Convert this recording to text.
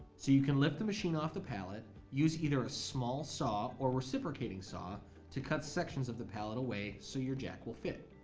so you can lift the machine off the pallet, use either a small saw or reciprocating saw to cut sections of the pallet away, so your jack will fit.